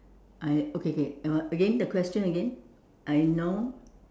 I okay okay uh again the question again I know